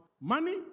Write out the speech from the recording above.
money